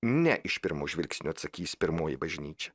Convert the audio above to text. ne iš pirmo žvilgsnio atsakys pirmoji bažnyčia